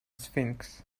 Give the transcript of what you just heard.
sphinx